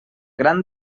gran